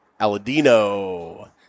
Aladino